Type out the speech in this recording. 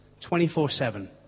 24-7